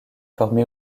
formé